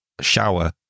shower